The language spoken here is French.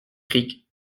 cricq